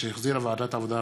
שהחזירה ועדת העבודה,